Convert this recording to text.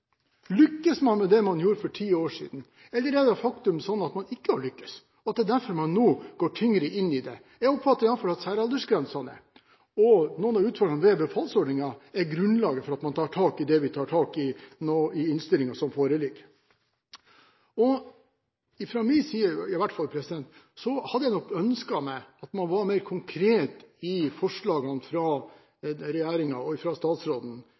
man med det man gjorde for ti år siden, eller er faktum at man ikke har lyktes, og at det er derfor man nå går tyngre inn i det? Jeg oppfatter iallfall at særaldersgrensene og noen av utfordringene ved befalsordningen er grunnlaget for at man tar tak i det vi nå gjør i innstillingen som foreligger. Jeg hadde i hvert fall ønsket at man var mer konkret i forslagene fra regjeringen, statsråden og